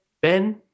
Ben